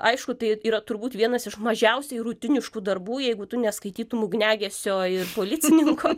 aišku tai yra turbūt vienas iš mažiausiai rutiniškų darbų jeigu tu neskaitytum ugniagesio ir policininko